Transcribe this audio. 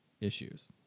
issues